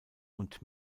und